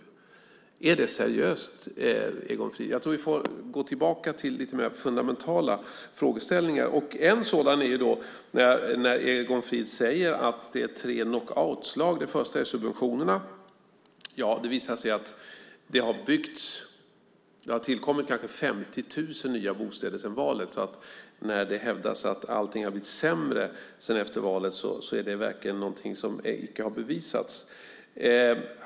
Är det seriöst, Egon Frid? Jag tror att vi får gå tillbaka till lite mer fundamentala frågeställningar. En frågeställning är när Egon Frid säger att det är tre knockoutslag, och det första är subventionerna. Ja, det visar sig att det har tillkommit kanske 50 000 nya bostäder sedan valet, så när det hävdas att allting har blivit sämre efter valet är det verkligen någonting som icke har bevisats.